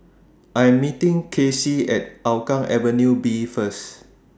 I Am meeting Kaycee At Hougang Avenue B First